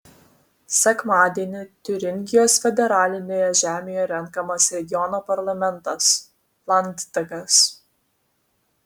sekmadienį tiuringijos federalinėje žemėje renkamas regiono parlamentas landtagas